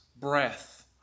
breath